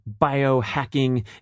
biohacking